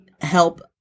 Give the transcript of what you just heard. help